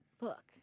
look